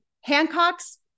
Hancock's